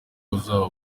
buzaba